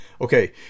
Okay